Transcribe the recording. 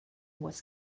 was